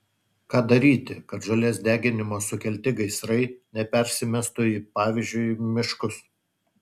ką daryti kad žolės deginimo sukelti gaisrai nepersimestų į pavyzdžiui miškus